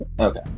Okay